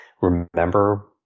remember